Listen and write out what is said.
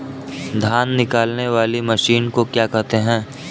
धान निकालने वाली मशीन को क्या कहते हैं?